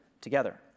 together